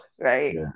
right